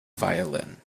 violin